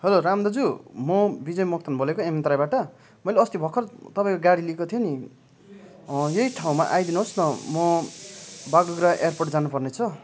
hello Ram दाजु म विजय मोक्तान एमत्राइबाट मैले अस्ति भर्खर तपाईँको गाडी लिएको थिएँ नि यहीँ ठाउँमा आइदिनु होस् न म बागडोग्रा एयर पोर्ट जान पर्ने छ